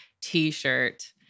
t-shirt